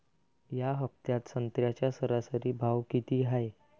या हफ्त्यात संत्र्याचा सरासरी भाव किती हाये?